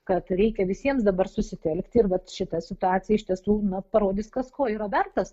kad reikia visiems dabar susitelkti ir vat šita situacija iš tiesų na parodys kas ko yra vertas